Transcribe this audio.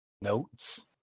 notes